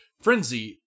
Frenzy